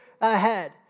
ahead